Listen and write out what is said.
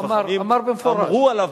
אמרו עליו